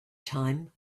time